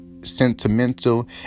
sentimental